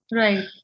right